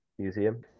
museum